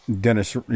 Dennis